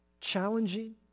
challenging